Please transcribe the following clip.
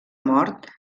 mort